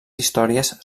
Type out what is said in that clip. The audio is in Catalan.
històries